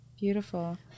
Beautiful